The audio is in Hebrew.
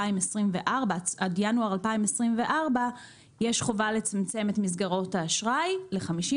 הכנסה מינימלית לא יוכלו לקבל את מסגרת האשראי של ההכנסות שלהם.